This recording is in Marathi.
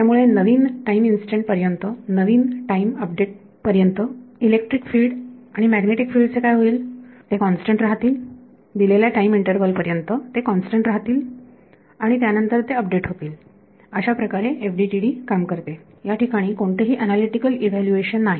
त्यामुळे नवीन टाईम इन्स्टंट पर्यंत नवीन टाईम अपडेट पर्यंत इलेक्ट्रिक फिल्ड आणि मॅग्नेटिक फिल्डचे काय होईल ते कॉन्स्टंट राहतील दिलेल्या टाईम इंटरवल पर्यंत ते कॉन्स्टंट राहतील आणि त्यानंतर ते अपडेट होतील अशाप्रकारे FDTD काम करते या ठिकाणी कोणतेही अनालीटीकल इव्हॅल्यूएशन नाही